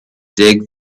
dig